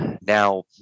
Now